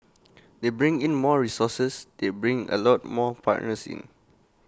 they bring in more resources they bring A lot more partners in